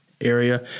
Area